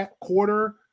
quarter